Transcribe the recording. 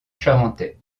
charentais